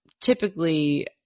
typically